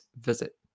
visit